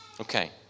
Okay